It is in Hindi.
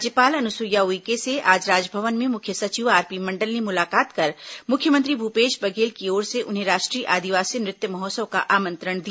राज्यपाल अनुसुईया उइके से आज राजभवन में मुख्य सचिव आरपी मंडल ने मुलाकात कर मुख्यमंत्री भूपेश बघेल की ओर से उन्हें राष्ट्रीय आदिवासी नृत्य महोत्सव का आमंत्रण दिया